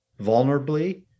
vulnerably